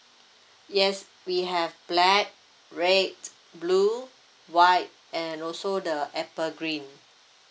yes we have black red blue white and also the apple green